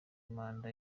manda